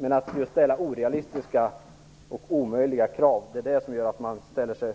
Men att ställa orealistiska och omöjliga krav gör att man ställer sig